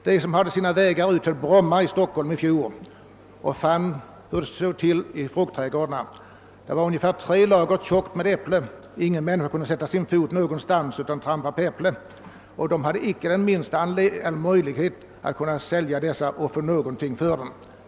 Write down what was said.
De som hade sina vägar ut till Bromma i Stockholm i fjol såg hur det stod till i fruktträdgårdarna. Där låg ett tredubbelt lager äpplen. Ingen människa kunde sätta sin fot någonstans utan att trampa på äpplen. Det fanns ingen möjlighet att sälja dem och få någonting för dem.